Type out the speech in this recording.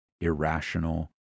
irrational